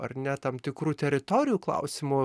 ar ne tam tikrų teritorijų klausimu